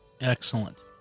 Excellent